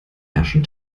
herrschen